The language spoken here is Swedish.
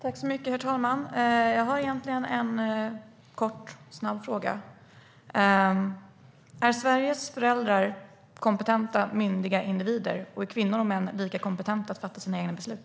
Herr talman! Jag har en kort och snabb fråga. Är Sveriges föräldrar kompetenta och myndiga individer, och är kvinnor och män lika kompetenta att fatta sina egna beslut?